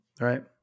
Right